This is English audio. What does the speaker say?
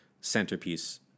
centerpiece